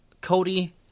Cody